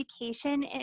education